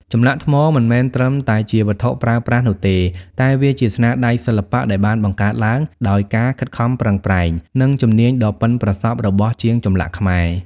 ចម្លាក់ថ្មមិនមែនត្រឹមតែជាវត្ថុប្រើប្រាស់នោះទេ តែវាជាស្នាដៃសិល្បៈដែលបានបង្កើតឡើងដោយការខិតខំប្រឹងប្រែង និងជំនាញដ៏ប៉ិនប្រសប់របស់ជាងចម្លាក់ខ្មែរ។